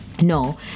No